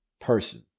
person